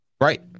Right